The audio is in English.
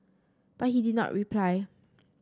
but he did not reply